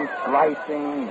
slicing